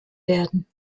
werden